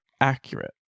accurate